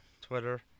Twitter